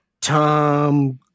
Tom